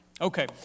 Okay